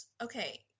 okay